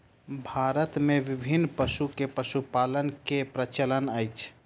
भारत मे विभिन्न पशु के पशुपालन के प्रचलन अछि